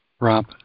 Rob